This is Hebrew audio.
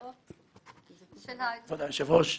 תודה, כבוד היושב-ראש.